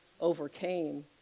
overcame